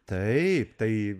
taip tai